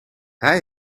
hij